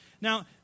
Now